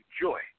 joy